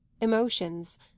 emotions